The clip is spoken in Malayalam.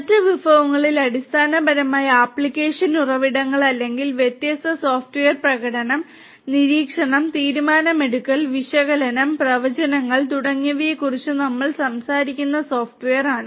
മറ്റ് വിഭവങ്ങളിൽ അടിസ്ഥാനപരമായി ആപ്ലിക്കേഷൻ ഉറവിടങ്ങൾ അല്ലെങ്കിൽ വ്യത്യസ്ത സോഫ്റ്റ്വെയർ പ്രകടനം നിരീക്ഷണം തീരുമാനമെടുക്കൽ വിശകലനം പ്രവചനങ്ങൾ തുടങ്ങിയവയെക്കുറിച്ച് നമ്മൾ സംസാരിക്കുന്ന സോഫ്റ്റ്വെയറാണ്